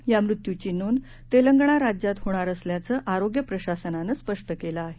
या मृत्यूची नोंद तेलंगणा राज्यात होणार असल्याचं आरोग्य प्रशासनानं स्पष्ट केलं आहे